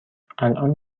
الان